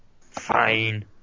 fine